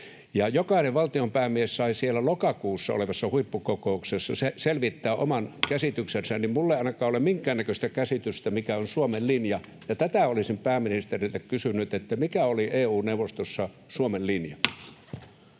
jokainen valtionpäämies sai siellä lokakuussa olevassa huippukokouksessa selvittää oman käsityksensä, niin minulla ei ainakaan ole minkäännäköistä käsitystä, mikä on Suomen linja. Tätä olisin pääministeriltä kysynyt. Mikä oli EU-neuvostossa Suomen linja?